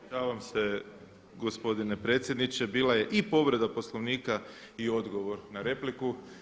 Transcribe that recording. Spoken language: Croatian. Ispričavam se gospodine predsjedniče bila je i povreda Poslovnika i odgovor na repliku.